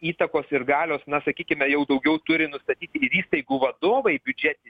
įtakos ir galios na sakykime jau daugiau turi nustatyti ir įstaigų vadovai biudžetiniai